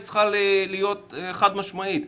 היא צריכה להיות חד-משמעית,